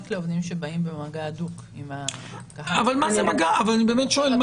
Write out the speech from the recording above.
לעובדים שבאים במגע הדוק עם הקהל --- אני באמת שואל.